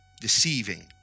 deceiving